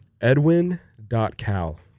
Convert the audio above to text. Edwin.cal